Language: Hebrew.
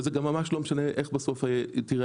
זה גם ממש לא משנה איך בסוף תיראה